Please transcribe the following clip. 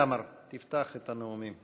חמד עמאר יפתח את הנאומים.